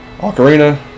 Ocarina